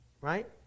Right